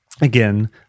Again